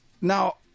Now